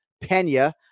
Pena